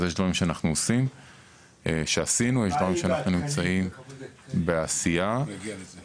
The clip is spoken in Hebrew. אז יש דברים שאנחנו עושים ועשינו ויש דברים שאנחנו נמצאים בעשייה שלהם.